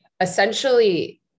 essentially